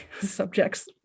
subjects